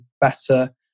better